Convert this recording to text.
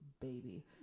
baby